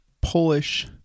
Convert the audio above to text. Polish